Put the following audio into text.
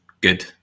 Good